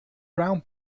brown